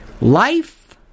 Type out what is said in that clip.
life